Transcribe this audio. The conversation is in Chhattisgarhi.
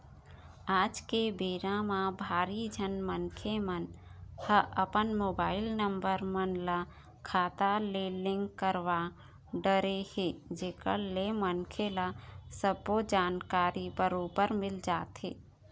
आज के बेरा म भारी झन मनखे मन ह अपन मोबाईल नंबर मन ल खाता ले लिंक करवा डरे हे जेकर ले मनखे ल सबो जानकारी बरोबर मिल जाथे